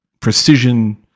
precision